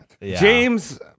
James